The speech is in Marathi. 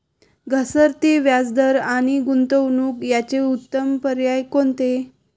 घसरते व्याजदर आणि गुंतवणूक याचे उत्तम पर्याय कोणते?